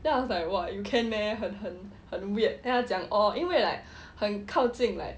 then I was like what you can meh 很很很 weird then 他讲哦因为 like 很靠近